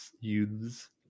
youths